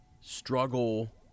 struggle